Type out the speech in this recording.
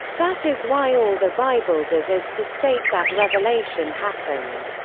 that is why all the bible does is to state that revelation happened.